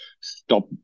stop